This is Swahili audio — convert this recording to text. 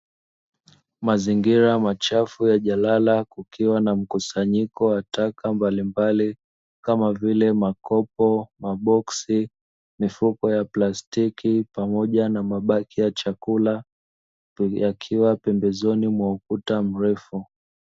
Mazingira machafu ya jalala kukiwa na mkusanyiko wa taka mbalimbali kama vile makopo, maboksi, mifuko ya plastiki pamoja na mabaki ya chakula yakiwa pembezoni mwa ukuta mrefu.